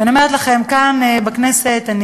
ואני